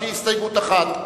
מוחמד ברכה,